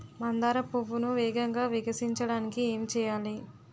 మందార పువ్వును వేగంగా వికసించడానికి ఏం చేయాలి?